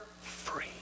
free